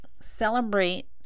celebrate